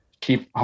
keep